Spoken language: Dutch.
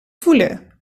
voelen